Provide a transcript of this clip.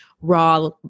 raw